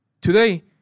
Today